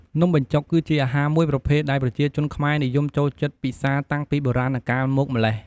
នំបញ្ចុកគឺជាអាហារមួយប្រភេទដែលប្រជាជនខ្មែរនិយមចូលចិត្តពិសាតាំងពីបុរាណកាលមកម្ល៉េះ។